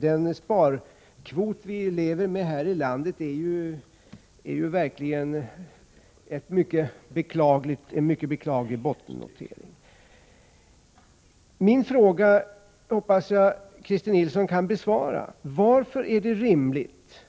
Den sparkvot vi lever med här i landet är verkligen vid en mycket beklaglig bottennotering. Min fråga hoppas jag Christer Nilsson kan besvara: Varför är det rimligt